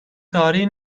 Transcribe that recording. tarihi